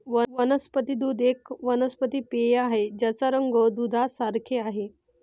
वनस्पती दूध एक वनस्पती पेय आहे ज्याचा रंग दुधासारखे आहे